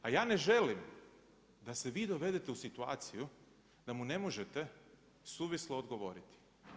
A ja ne želim da se vi dovedete u situaciju da mu ne možete suvislo odgovoriti.